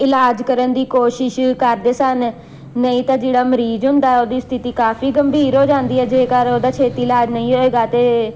ਇਲਾਜ ਕਰਨ ਦੀ ਕੋਸ਼ਿਸ਼ ਕਰਦੇ ਸਨ ਨਹੀਂ ਤਾਂ ਜਿਹੜਾ ਮਰੀਜ਼ ਹੁੰਦਾ ਉਹਦੀ ਸਥਿਤੀ ਕਾਫੀ ਗੰਭੀਰ ਹੋ ਜਾਂਦੀ ਹੈ ਜੇਕਰ ਉਹਦਾ ਛੇਤੀ ਇਲਾਜ ਨਹੀਂ ਹੋਏਗਾ ਅਤੇ